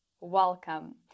Welcome